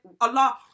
Allah